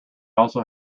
also